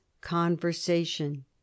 conversation